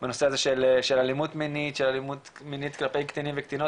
בנושא הזה של אלימות מינית כלפי קטינים וקטינות